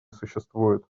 существует